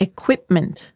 Equipment